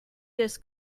this